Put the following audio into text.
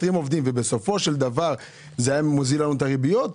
ובסופו של דבר זה היה מוזיל לנו את הריביות,